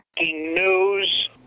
...news